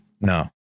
No